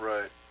Right